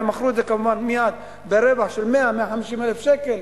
והם מכרו את זה כמובן מייד ברווח של 100,000 150,000 שקלים.